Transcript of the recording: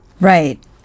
Right